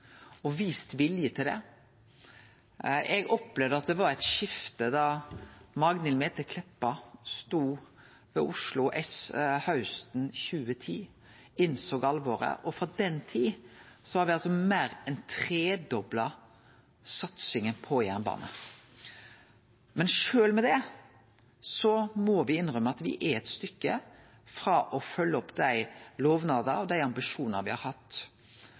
og vist vilje til det. Eg opplever at det kom eit skifte da Magnhild Meltveit Kleppa stod ved Oslo S hausten 2010 og innsåg alvoret, og frå den tida har me meir enn tredobla satsinga på jernbanen. Men sjølv med det må me innrømme at me er eit stykke frå å følgje opp dei lovnadene og dei ambisjonane me har hatt.